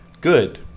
Good